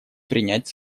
принять